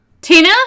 Tina